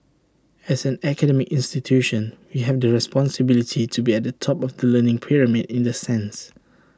as an academic institution we have the responsibility to be at the top of the learning pyramid in the sense